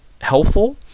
helpful